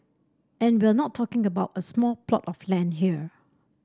and we're not talking about a small plot of land here